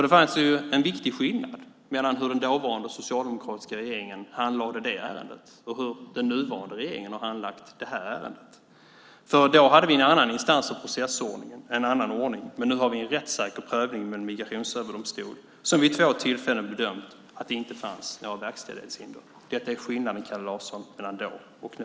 Det finns en viktig skillnad mellan hur den dåvarande socialdemokratiska regeringen handlade det ärendet och hur den nuvarande regeringen har handlagt det här ärendet. Då hade vi en annan instans och processordning. Nu har vi en rättssäker prövning med en migrationsöverdomstol som vid två tillfällen har bedömt att det inte fanns något verkställighetshinder. Detta är skillnaden, Kalle Larsson, mellan då och nu.